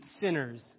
sinners